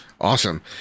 Awesome